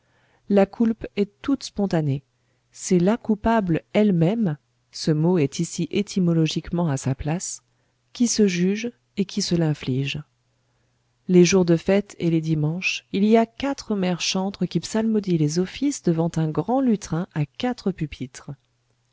la coulpe est toute spontanée c'est la coupable elle-même ce mot est ici étymologiquement à sa place qui se juge et qui se l'inflige les jours de fêtes et les dimanches il y a quatre mères chantres qui psalmodient les offices devant un grand lutrin à quatre pupitres